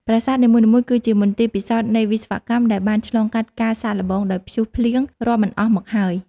ប្រាសាទនីមួយៗគឺជាមន្ទីរពិសោធន៍នៃវិស្វកម្មដែលបានឆ្លងកាត់ការសាកល្បងដោយព្យុះភ្លៀងរាប់មិនអស់មកហើយ។